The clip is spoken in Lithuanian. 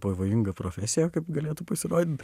pavojinga profesija kaip galėtų pasirodyt